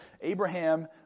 Abraham